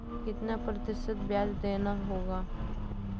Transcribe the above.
कितना प्रतिशत ब्याज देना होगा?